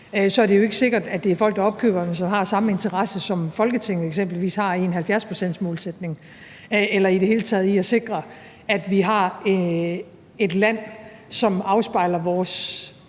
så er det jo ikke sikkert, at de folk, der opkøber dem, har den samme interesse, som Folketinget eksempelvis har, i en 70-procentsmålsætning – eller i det hele taget en interesse i at sikre, at vi har et land, som afspejler vores